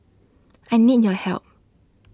I need your help